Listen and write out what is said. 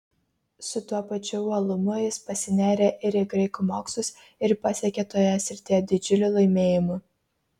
su tuo pačiu uolumu jis pasinėrė ir į graikų mokslus ir pasiekė toje srityje didžiulių laimėjimų